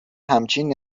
همچین